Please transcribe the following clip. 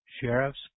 sheriffs